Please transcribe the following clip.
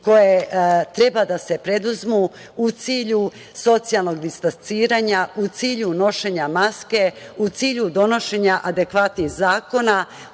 koje treba da se preduzmu u cilju socijalnog distanciranja, u cilju nošenja maski, u cilju donošenja adekvatnih zakona,